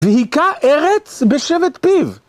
והכה ארץ בשבט פיו.